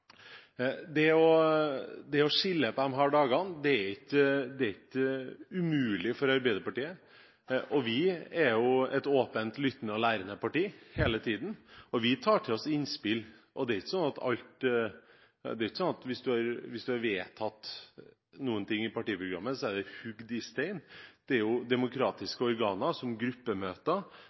Det å skille på disse dagene er ikke umulig for Arbeiderpartiet. Vi er et åpent, lyttende og lærende parti hele tiden. Vi tar til oss innspill, og det er ikke sånn at hvis man har vedtatt noe i partiprogrammet, er det hugget i stein. Man har demokratiske organer, som f.eks. gruppemøter, og det kan behandles i landsstyrene til Arbeiderpartiet. Politikken kan jo